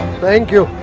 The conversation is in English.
thank you.